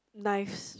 knives